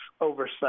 oversight